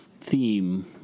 theme